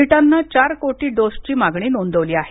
ब्रिटननं चार कोटी डोसची मागणी नोंदवली आहे